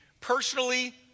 personally